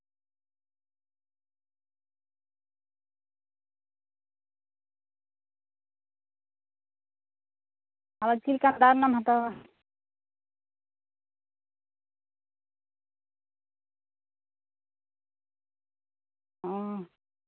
ᱟᱫᱚ ᱪᱮᱫ ᱞᱮᱠᱟ ᱫᱟᱢ ᱨᱮᱱᱟᱜ ᱮᱢ ᱦᱟᱛᱟᱣᱟ ᱚ